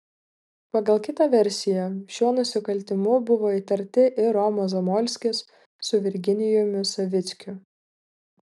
pagal kitą versiją šiuo nusikaltimu buvo įtarti ir romas zamolskis su virginijumi savickiu